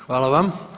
Hvala vam.